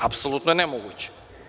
Apsolutno je nemoguće.